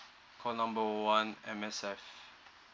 call number one M_S_F